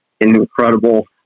incredible